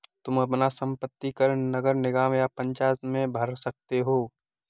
तुम अपना संपत्ति कर नगर निगम या पंचायत में भर सकते हो